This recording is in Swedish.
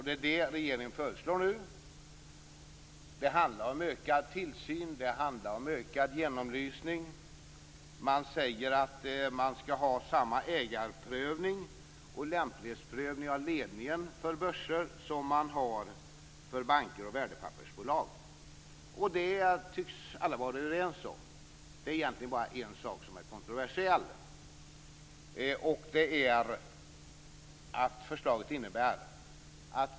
Det är det regeringen föreslår nu. Det handlar om ökad tillsyn och ökad genomlysning. Det skall vara samma ägarprövning och lämplighetsprövning av ledningen för börser som det är för banker och värdepappersbolag. Det tycks alla vara överens om. Det är egentligen bara en sak som är kontroversiell.